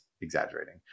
exaggerating